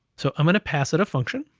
so i'm gonna pass it a function.